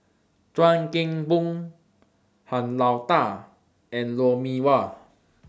Chuan Keng Boon Han Lao DA and Lou Mee Wah